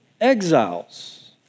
exiles